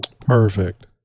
Perfect